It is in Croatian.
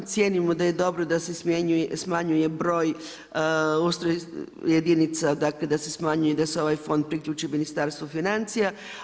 Cijenimo da je dobro da se smanjuje broj jedinica, dakle da se smanjuje i da se ovaj fond priključi Ministarstvu financija.